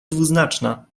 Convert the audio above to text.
dwuznaczna